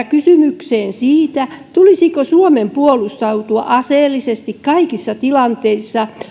kysymykseen siitä tulisiko suomen puolustautua aseellisesti kaikissa tilanteissa